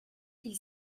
qu’il